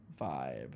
vibe